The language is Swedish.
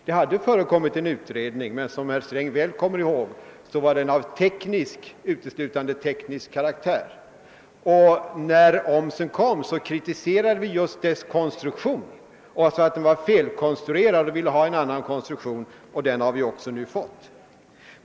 Det hade gjorts en utredning, men som herr Sträng kommer ihåg var den uteslutande av teknisk karaktär. När omsättningsskatten infördes framhöll vi att dess konstruktion var felaktig och sade att vi ville ha en annan, och det har vi nu också fått.